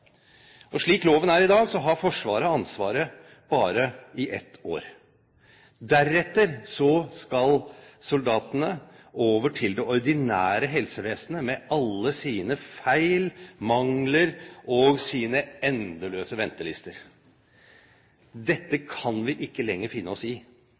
Slik loven er i dag, har Forsvaret ansvaret bare i ett år. Deretter skal soldatene over til det ordinære helsevesenet, med alle dets feil, mangler og endeløse ventelister. Dette kan vi ikke lenger finne oss i.